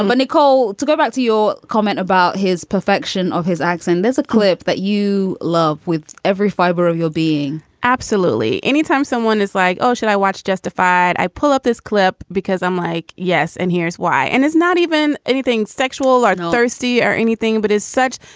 um and call to go back to your comment about his perfection of his accent. there's a clip that you love with every fiber of your being absolutely. anytime someone is like, oh, should i watch justified, i pull up this clip because i'm like, yes, and here's why. and it's not even anything sexual or thirsty or anything. but as such,